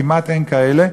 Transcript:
כמעט אין כאלה,